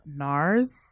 NARS